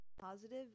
positive